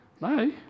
no